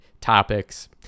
topics